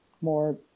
more